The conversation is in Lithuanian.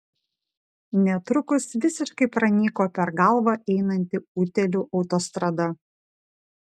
netrukus visiškai pranyko per galvą einanti utėlių autostrada